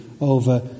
over